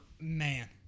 man